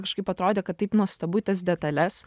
kažkaip atrodė kad taip nuostabu į tas detales